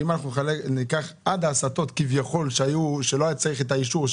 ואם ניקח עד ההסטות שהיו כאשר לא היה צריך את האישור,